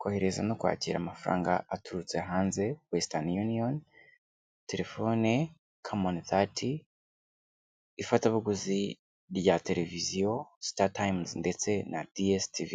kohereza no kwakira amafaranga aturutse hanze Western Union, telefone Camon thirty, ifatabuguzi rya televiziyo Startimes ndetse na DSTV.